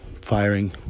firing